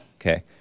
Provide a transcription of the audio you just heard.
Okay